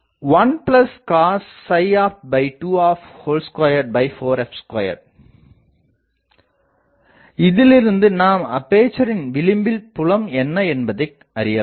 P2n1 cosnopt21cosopt2 24f2இதிலிருந்து நாம் அப்பேசரின் விளிம்பில் புலம் என்ன என்பதையும் அறியலாம்